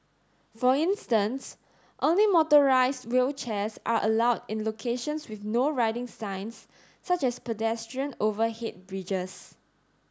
for instance only motorised wheelchairs are allowed in locations with No Riding signs such as pedestrian overhead bridges